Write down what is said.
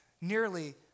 nearly